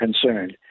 concerned